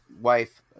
wife